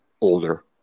older